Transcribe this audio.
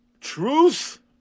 truth